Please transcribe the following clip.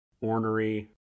ornery